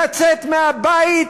לצאת מהבית,